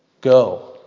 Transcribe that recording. Go